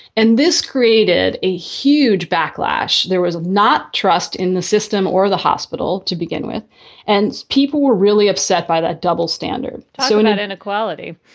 and this created a huge backlash. there was not trust in the system or the hospital to begin with and people were really upset by that double standard. so in that inequality.